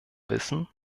wissen